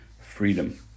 freedom